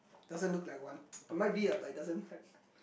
doesn't look like one it might be like doesn't affect